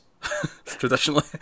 traditionally